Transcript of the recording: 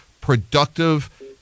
productive